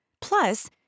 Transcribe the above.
Plus